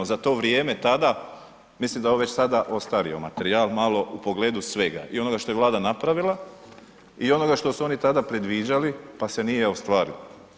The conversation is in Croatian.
Za to vrijeme tada mislim da je ovo već sada ostario materijal malo u pogledu svega i onoga što je Vlada napravila i onoga što su oni tada predviđali pa se nije ostvarilo.